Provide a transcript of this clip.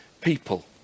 people